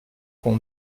qu’on